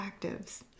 actives